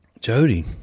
Jody